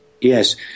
yes